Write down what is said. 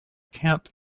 camp